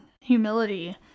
humility